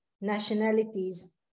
nationalities